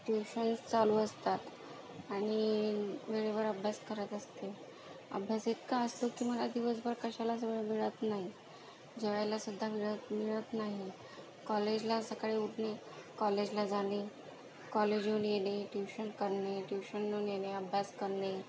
tuitions चालू असतात आणि वेळेवर अभ्यास करत असते अभ्यास इतका असतो की मला दिवसभर कशालाच वेळ मिळत नाही जेवायला सुद्धा वेळत मिळत नाही कॉलेजला सकाळी उठणे कॉलेजला जाणे कॉलेजहून येणे ट्युशन करणे ट्युशनहून येणे अभ्यास करणे